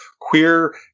Queer